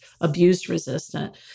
abuse-resistant